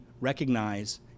recognize